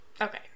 Okay